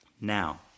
Now